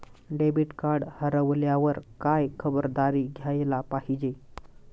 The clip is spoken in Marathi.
डेबिट कार्ड हरवल्यावर काय खबरदारी घ्यायला पाहिजे?